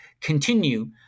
continue